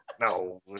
No